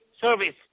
service